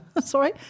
sorry